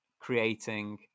creating